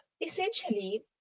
essentially